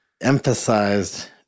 emphasized